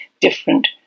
different